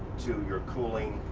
to your cooling.